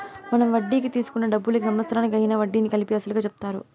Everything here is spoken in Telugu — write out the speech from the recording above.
మనం వడ్డీకి తీసుకున్న డబ్బులకు సంవత్సరానికి అయ్యిన వడ్డీని కలిపి అసలుగా చెప్తారు